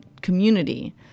community